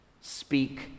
speak